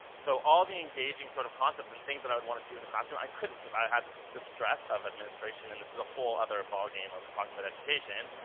so all the engaging sort of concepts and things that i would want to do in the classroom, i couldn't because i had the stress of administration and this is a whole other ballgame of talking about education.